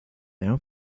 now